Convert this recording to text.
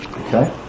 Okay